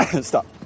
Stop